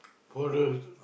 poorer